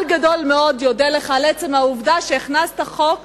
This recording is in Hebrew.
גדול מאוד יודה לך על עצם העובדה שהכנסת חוק לצנרת,